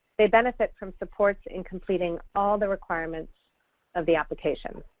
they benefit from supports in completing all the requirements of the application.